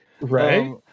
Right